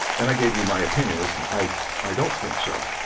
and i gave you my opinion was i i don't think so,